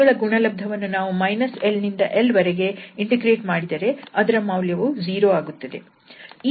ಅವುಗಳ ಗುಣಲಬ್ಧವನ್ನು ನಾವು l ನಿಂದ l ವರೆಗೆ ಇಂಟಿಗ್ರೇಟ್ ಮಾಡಿದರೆ ಅದರ ಮೌಲ್ಯವು 0 ಆಗುತ್ತದೆ